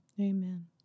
Amen